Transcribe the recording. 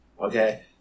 Okay